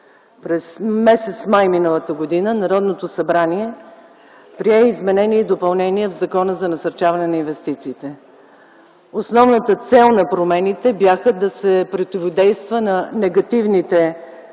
през м. май м.г. Народното събрание прие изменение и допълнение в Закона за насърчаване на инвестициите. Основната цел на промените беше да се противодейства на негативните тенденции